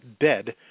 dead